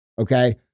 Okay